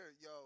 Yo